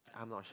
I'm not sure